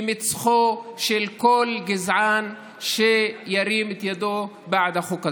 מצחו של כל גזען שירים את ידו בעד החוק הזה.